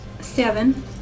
Seven